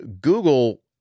Google